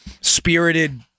spirited